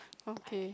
okay